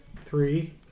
Three